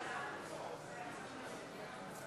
חבר הכנסת ג'מאל זחאלקה מסתמך על כך שגם בתקופת המחאה החברתית,